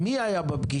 מי היה בפגישה?